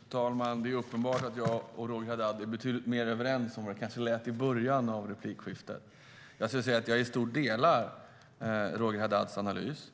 Fru talman! Det är uppenbart att jag och Roger Haddad är betydligt mer överens än vad det kanske lät som i början av debatten. Jag delar i stort Roger Haddads analys.